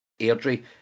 Airdrie